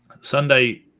Sunday